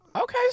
Okay